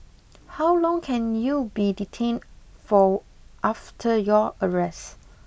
how long can you be detained for after your arrest